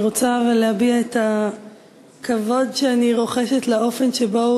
אני רוצה להביע את הכבוד שאני רוחשת לאופן שבו